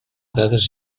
dades